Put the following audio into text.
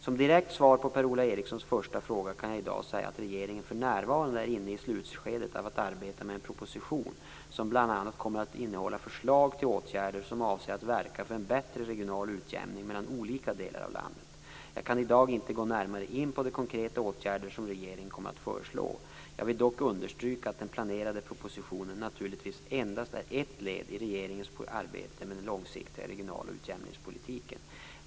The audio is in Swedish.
Som direkt svar på Per-Ola Erikssons första fråga kan jag i dag säga att regeringen för närvarande är inne i slutskedet av ett arbete med en proposition som bl.a. kommer att innehålla förslag till åtgärder som avser att verka för en bättre regional utjämning mellan olika delar av landet. Jag kan i dag inte gå närmare in på de konkreta åtgärder som regeringen kommer att föreslå. Jag vill dock understryka att den planerade propositionen naturligtvis endast är ett led i regeringens arbete med den långsiktiga regionala utjämningspolitiken.